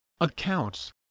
accounts